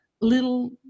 little